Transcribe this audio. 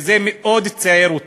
וזה מאוד ציער אותי,